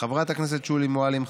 חברת הכנסת שולי מועלם,